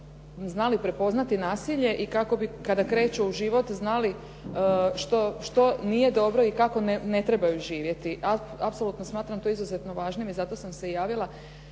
znali prepoznati nasilje i kako bi kada kreću u život znali što nije dobro i kako ne trebaju živjeti. Apsolutno smatram to izuzetno važnim i zato sam se javila.